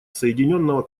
соединенного